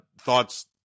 thoughts